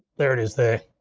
there it is there.